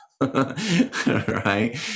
right